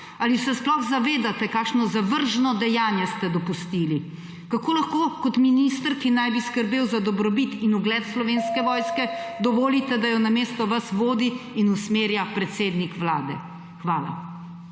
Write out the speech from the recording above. Ali se sploh zavedate, kakšno zavržno dejanje ste dopustili? Kako lahko kot minister, ki naj bi skrbel za dobrobit in ugled Slovenske vojske, dovolite, da jo namesto vas vodi in usmerja predsednika Vlade? Hvala.